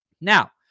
Now